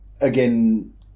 again